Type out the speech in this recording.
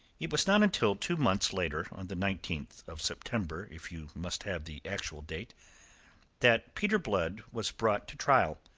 it was not until two months later on the nineteenth of september, if you must have the actual date that peter blood was brought to trial,